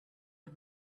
had